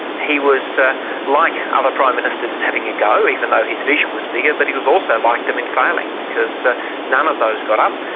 he was ah like other prime ministers in having a go, even though his vision was bigger, but he was also like them in failing, because none of those got up,